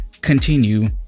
continue